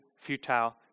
futile